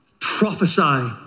prophesy